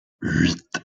huit